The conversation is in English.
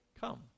come